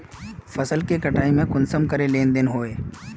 फसल के कटाई में कुंसम करे लेन देन होए?